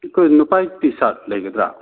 ꯑꯩꯈꯣꯏ ꯅꯨꯄꯥꯒꯤ ꯇꯤ ꯁꯥꯠ ꯂꯩꯒꯗ꯭ꯔꯥ